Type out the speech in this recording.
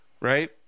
right